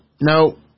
No